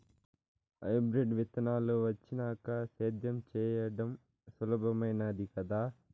hybrid విత్తనాలు వచ్చినాక సేద్యం చెయ్యడం సులభామైనాది కదా